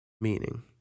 meaning